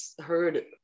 heard